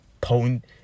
potent-